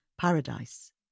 paradise